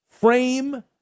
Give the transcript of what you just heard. frame